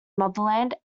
motherland